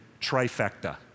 trifecta